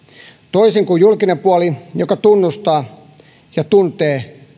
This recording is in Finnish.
toisin kuin julkinen puoli joka tunnustaa ja tuntee